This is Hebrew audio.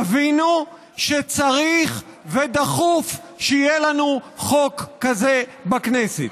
תבינו שצריך ודחוף שיהיה לנו חוק כזה בכנסת.